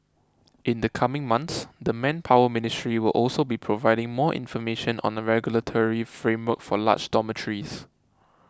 in the coming months the Manpower Ministry will also be providing more information on a regulatory framework for large dormitories